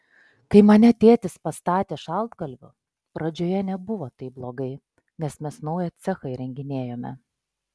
kai mane tėtis pastatė šaltkalviu pradžioje nebuvo taip blogai nes mes naują cechą įrenginėjome